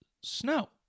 snow